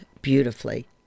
beautifully